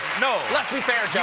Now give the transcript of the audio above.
know. let's be fair, jon.